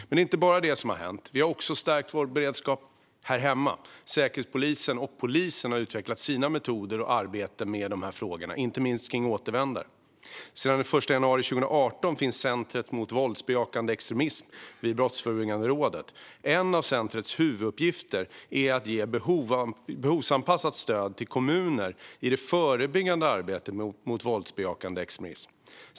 Det är inte bara detta som har hänt. Vi har också stärkt beredskapen här hemma. Säkerhetspolisen och polisen har utvecklat sina metoder och sitt arbete med dessa frågor, inte minst vad gäller återvändare. Sedan den 1 januari 2018 finns Center mot våldbejakande extremism vid Brottsförebyggande rådet. En av centrets huvuduppgifter är att ge behovsanpassat stöd till kommuner i det förebyggande arbetet mot våldsbejakande extremism.